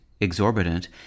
exorbitant